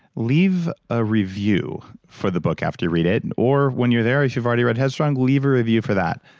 leave a review for the book after you read it and or when you're there, if you've already read headstrong leave a review for that.